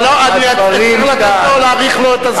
לא, אני אצטרך להאריך לו את הזמן.